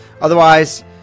Otherwise